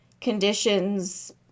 conditions